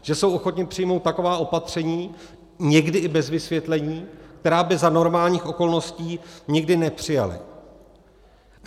Že jsou ochotni přijmout taková opatření, někdy i bez vysvětlení, která by za normálních okolností nikdy nepřijali.